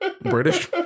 British